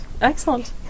Excellent